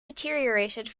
deteriorated